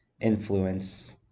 influence